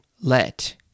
let